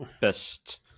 best